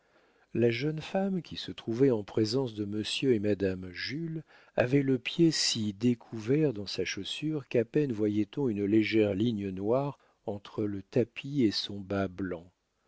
la jeune femme qui se trouvait en présence de monsieur et madame jules avait le pied si découvert dans sa chaussure qu'à peine voyait-on une légère ligne noire entre le tapis et son bas blanc